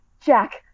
Jack